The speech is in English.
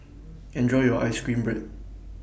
Enjoy your Ice Cream Bread